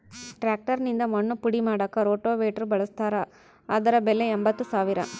tractor ನಿಂದ ಮಣ್ಣು ಪುಡಿ ಮಾಡಾಕ ರೋಟೋವೇಟ್ರು ಬಳಸ್ತಾರ ಅದರ ಬೆಲೆ ಎಂಬತ್ತು ಸಾವಿರ